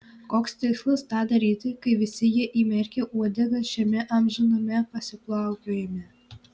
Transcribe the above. koks tikslas tą daryti kai visi jie įmerkę uodegas šiame amžiname pasiplaukiojime